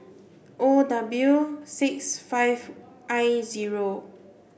O W six five I zero